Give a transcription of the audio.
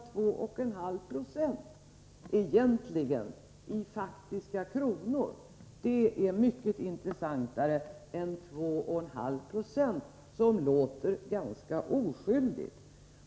Det blir mycket intressantare om storleken anges i faktiska kronor än om den anges i procent. Om man säger 2,5 90, låter det ganska oskyldigt.